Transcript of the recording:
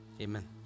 Amen